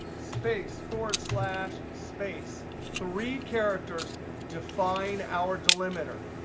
space forward slash space, three characters define our delimiter.